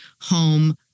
home